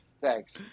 thanks